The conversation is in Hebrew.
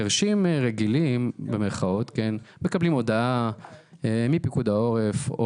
חירשים "רגילים" מקבלים הודעה מפיקוד העורף,